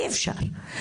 אי אפשר,